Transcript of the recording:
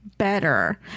Better